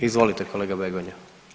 Izvolite kolega Begonja.